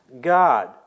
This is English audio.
God